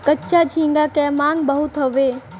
कच्चा झींगा क मांग बहुत हउवे